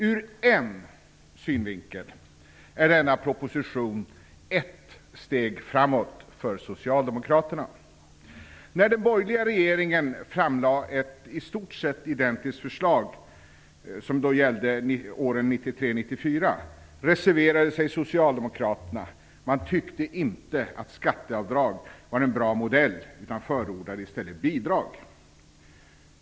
Ur en synvinkel är denna proposition ett steg framåt för Socialdemokraterna. När den borgerliga regeringen framlade ett i stort sett identiskt förslag, som då gällde åren 1993/94, reserverade sig Socialdemokraterna. Man tyckte inte att skatteavdrag var en bra modell utan förordade i stället bidrag.